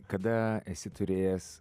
kada esi turėjęs